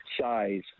size